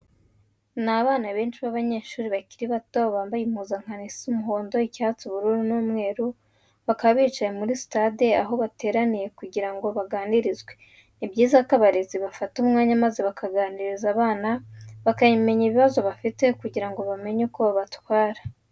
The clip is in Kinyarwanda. Ni abana benshi b'abanyeshuri bakiri bato, bambaye impuzankano isa umuhondo, icyatsi, ubururu n'umweru. Bakaba bicaye muri sitade aho bateranyirijwe kugira ngo baganirizwe. Ni byiza ko abarezi bafata umwanya maze bakaganiriza abana, bakamenya ibibazo bafite kugira ngo bamenye uko babatwara.